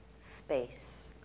space